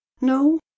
No